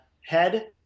head